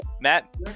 Matt